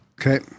Okay